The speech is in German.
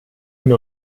hin